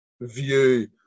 view